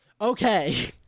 Okay